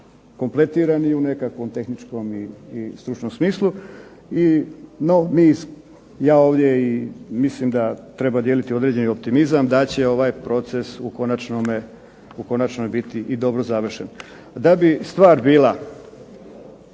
kompletirani u nekakvom tehničkom i stručnom smislu. No mi iz ja ovdje mislim da trebamo dijeliti određeni optimizam da će ovaj proces u konačnom biti i dobro završen. Da bi stvar bila